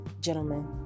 gentlemen